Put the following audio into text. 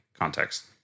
context